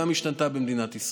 גם השתנתה במדינת ישראל.